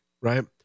right